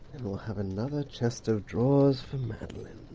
and we'll have another chest of drawers for madeleine.